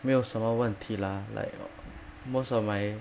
没有什么问题 lah like most of my